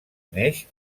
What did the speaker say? neix